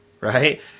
right